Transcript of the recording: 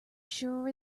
sure